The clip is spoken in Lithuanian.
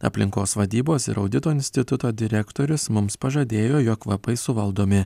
aplinkos vadybos ir audito instituto direktorius mums pažadėjo jog kvapai suvaldomi